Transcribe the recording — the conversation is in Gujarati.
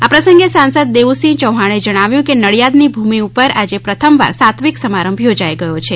આ પ્રસંગે સાંસદ દેવુસિંહ ચૌહાણે જણાવ્યું કે નડિયાદની ભૂમિ પર આજે પ્રથમવાર સાત્વિક સમારંભ યોજાઇ ગયો છે